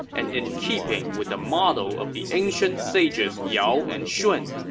and in keeping with the model of the ancient sages yao and shun.